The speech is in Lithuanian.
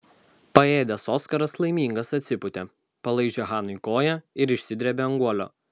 paėdęs oskaras laimingas atsipūtė palaižė hanai koją ir išsidrėbė ant guolio